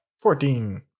Fourteen